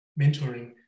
mentoring